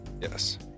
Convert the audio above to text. Yes